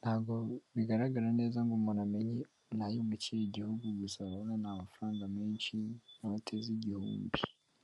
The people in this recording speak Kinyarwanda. ntabwo bigaragara neza ngo umuntu amenye ni ayo mu kihe gihugu, gusa urabona ni amafaranga menshi inote z'igihumbi.